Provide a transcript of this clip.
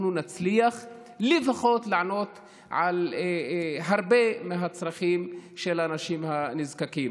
אנחנו נצליח לפחות לענות על הרבה מהצרכים של האנשים הנזקקים.